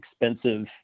expensive